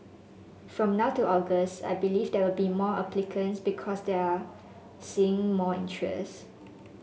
from now to August I believe there will be more applicants because they are seeing more interest